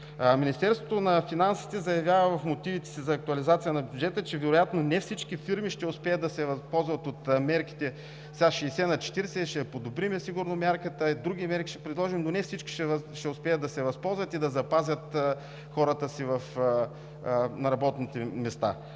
Министерството на финансите заявява в мотивите си за актуализацията на бюджета, че вероятно не всички фирми ще успеят да се възползват от мерките 60/40 – ще подобрим сигурно мярката, други мерки ще предложим, но не всички ще успеят да се възползват и да запазят хората си на работните им места.